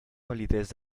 validez